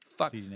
Fuck